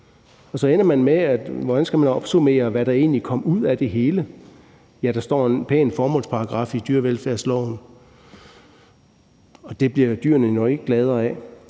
Altså, det gik i stå, så hvordan skal man opsummere, hvad der egentlig kom ud af det hele? Der står en pæn formålsparagraf i dyrevelfærdsloven, og det bliver dyrene nok ikke gladere af.